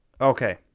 Okay